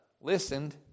listened